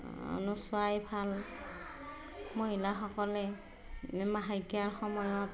নোচোৱাই ভাল মহিলাসকলে মাহেকীয়াৰ সময়ত